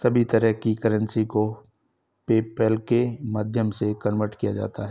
सभी तरह की करेंसी को पेपल्के माध्यम से कन्वर्ट किया जा सकता है